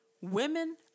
Women